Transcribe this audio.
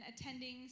attending